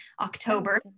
October